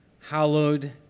hallowed